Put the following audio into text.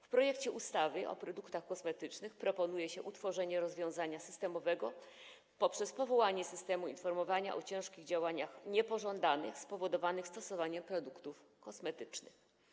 W projekcie ustawy o produktach kosmetycznych proponuje się utworzenie rozwiązania systemowego poprzez powołanie systemu informowania o ciężkich działaniach niepożądanych spowodowanych stosowaniem produktów kosmetycznych.